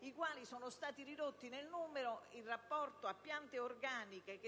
i quali sono stati ridotti nel numero in rapporto a piante organiche